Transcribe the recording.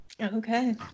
Okay